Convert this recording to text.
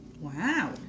Wow